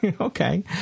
okay